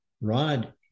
Rod